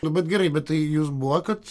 nu bet gerai bet tai jus buvo kad